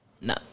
No